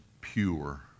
pure